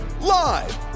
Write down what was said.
live